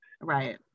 Right